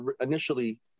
initially